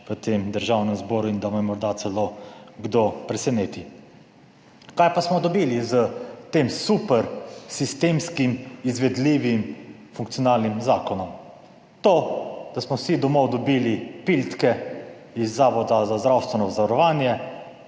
v tem Državnem zboru in da me morda celo kdo preseneti. Kaj pa smo dobili s tem super sistemskim, izvedljivim, funkcionalnim zakonom? To, da smo vsi domov dobili pildke iz Zavoda za zdravstveno zavarovanje